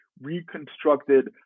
reconstructed